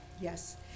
Yes